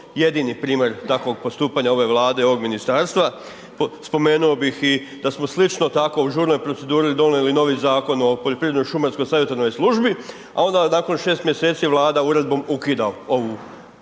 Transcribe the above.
jedini primjer takvog postupanja ove Vlade i ovog ministarstva. Spomenuo bih da smo slično tako u žurnoj proceduri donijeli i novi Zakon o poljoprivrednoj šumarskoj savjetodavnoj službi, a onda nakon 6 mjeseci je Vlada uredbom ukida ovu